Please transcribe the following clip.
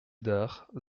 dares